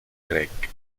creek